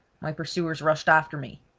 my pursuers rushed after me.